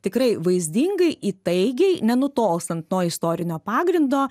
tikrai vaizdingai įtaigiai nenutolstant nuo istorinio pagrindo